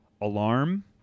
alarm